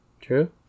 True